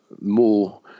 more